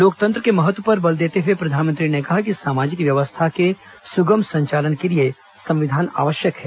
लोकतंत्र के महत्व पर बल देते हुए प्रधानमंत्री ने कहा कि सामाजिक व्यवस्था के सुगम संचालन के लिए संविधान आवश्यक है